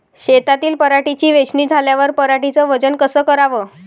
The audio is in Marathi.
शेतातील पराटीची वेचनी झाल्यावर पराटीचं वजन कस कराव?